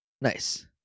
nice